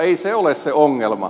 ei se ole se ongelma